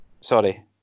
Sorry